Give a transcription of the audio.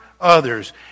others